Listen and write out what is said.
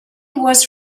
was